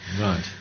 Right